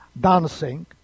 dancing